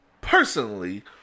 personally